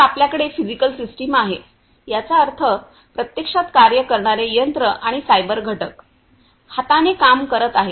तर आपल्याकडे physical system आहे याचा अर्थ प्रत्यक्षात कार्य करणारे यंत्र आणि सायबर घटक हाताने काम करत आहेत